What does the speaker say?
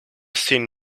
seen